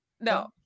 No